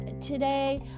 today